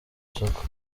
soko